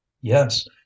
Yes